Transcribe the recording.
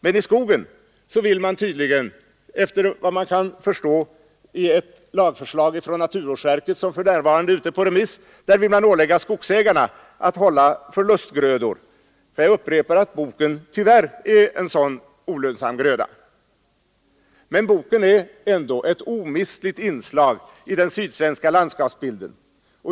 Men i skogen vill man tydligen enligt ett lagförslag från naturvårdsverket, som för närvarande är ute på remiss, ålägga skogsägarna att hålla förlustgrödor. Jag upprepar att boken tyvärr är en sådan olönsam gröda. Men boken är ändå ett omistligt inslag i den sydsvenska landskapsbilden.